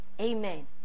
Amen